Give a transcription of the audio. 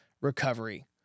recovery